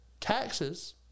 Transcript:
taxes